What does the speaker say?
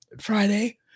Friday